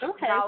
Okay